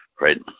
right